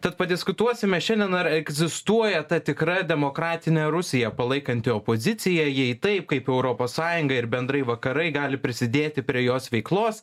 tad padiskutuosime šiandien ar egzistuoja ta tikra demokratinė rusija palaikanti opoziciją jei taip kaip europos sąjunga ir bendrai vakarai gali prisidėti prie jos veiklos